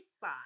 side